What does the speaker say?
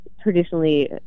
traditionally